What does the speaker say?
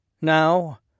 Now